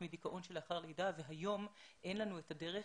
מדיכאון שלאחר לידה והיום אין לנו את הדרך,